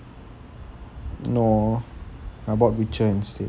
no I bought witcher instead